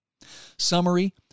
Summary